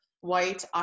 white